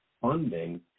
funding